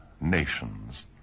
nations